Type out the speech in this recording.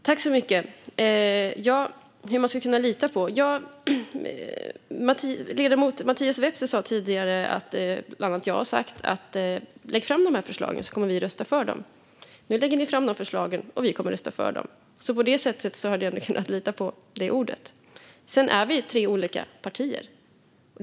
Fru talman! När det gäller hur man ska kunna lita på oss sa ledamoten Mattias Vepsä tidigare att bland annat jag har sagt att vi kommer att rösta för förslagen om man lägger fram dem. Nu lägger man fram dem, och vi kommer att rösta för dem. På så sätt har du ändå kunnat lita på mitt ord, Mattias Vepsä. Sedan är vi tre olika partier.